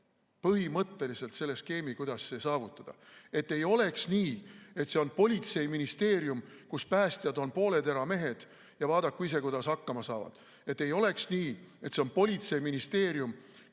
põhimõtteliselt välja skeemi, kuidas see saavutada, et ei oleks nii, et on politseiministeerium, kus päästjad on pooleteramehed ja vaadaku ise, kuidas hakkama saavad, et ei oleks nii, et on politseiministeerium